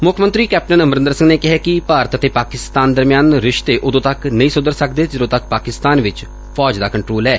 ਮੁੱਖ ਮੰਤਰੀ ਕੈਪਟਨ ਅਮਰੰਦਰ ਸਿੰਘ ਨੇ ਕਿਹੈ ਕਿ ਭਾਰਤ ਅਤੇ ਪਾਕਿਸਤਾਨ ਦਰਮਿਆਨ ਰਿਸ਼ਤੇ ਉਦੋਂ ਤੱਕ ਨਹੀਂ ਸੁਧਰ ਸਕਦੇ ਜਦੋਂ ਤੱਕ ਪਾਕਿਸਤਾਨ ਵਿਚ ਫੌਜ ਦਾ ਕੰਟਰੋਲ ਐ